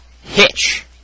Hitch